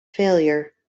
failure